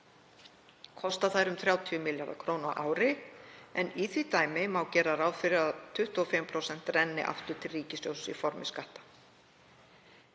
kosta þær um 30 milljarða kr. á ári en í því dæmi má gera ráð fyrir að 25% renni aftur til ríkissjóðs í formi skatta.